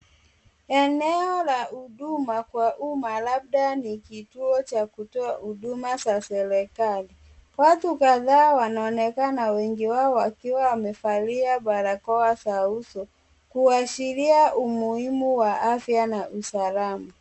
Eneo la huduma kwa umma, labda ni kituo cha kutoa huduma za serikali. Watu kadhaa wanaonekana wengi wao wakiwa wamevalia barakoa za uso, kuashiria umuhimu wa afya na usalama.